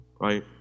right